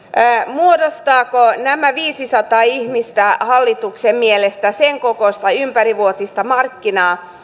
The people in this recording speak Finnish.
muodostavatko nämä viisisataa ihmistä hallituksen mielestä sen kokoisen ympärivuotisen markkinan